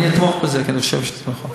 אני אתמוך בזה, כי אני חושב שזה נכון.